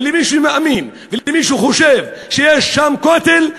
ולמי שמאמין ולמי שחושב שיש שם כותל,